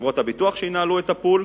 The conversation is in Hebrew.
לחברות הביטוח שינהלו את "הפול".